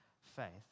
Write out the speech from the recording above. faith